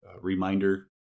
Reminder